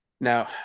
Now